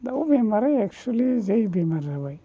दाउ बेमारा एक्चुलि जै बेमार जाबाय